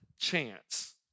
chance